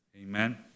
Amen